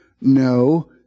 No